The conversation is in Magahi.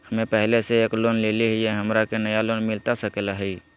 हमे पहले से एक लोन लेले हियई, हमरा के नया लोन मिलता सकले हई?